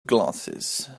glasses